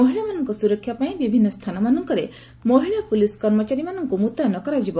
ମହିଳାମାନଙ୍କ ସୁରକ୍ଷା ପାଇଁ ବିଭିନ୍ନ ସ୍ଥାନମାନଙ୍କରେ ମହିଳା ପୁଲିସ୍ କର୍ମଚାରୀମାନଙ୍କୁ ମୁତୟନ କରାଯିବ